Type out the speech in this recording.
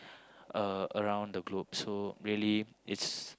uh around the globe so really its